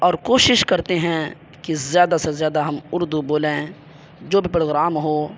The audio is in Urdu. اور کوشش کرتے ہیں کہ زیادہ سے زیادہ ہم اردو بولیں جو بھی پروگرام ہو